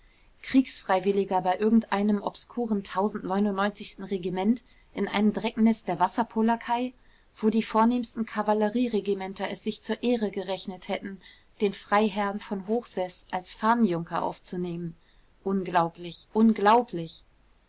kriegsfreiwilliger bei irgendeinem obskuren tausendneunundneunzigsten regiment in einem drecknest der wasserpolackei wo die vornehmsten kavallerieregimenter es sich zur ehre gerechnet hätten den freiherrn von hochseß als fahnenjunker aufzunehmen unglaublich unglaublich